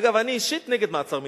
אגב, אני אישית נגד מעצר מינהלי.